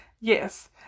Yes